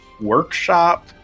workshop